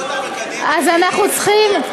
אבל נראה,